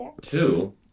Two